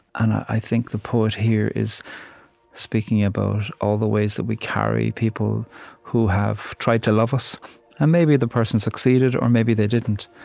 and i think the poet here is speaking about all the ways that we carry people who have tried to love us and maybe the person succeeded, or maybe they didn't,